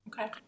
Okay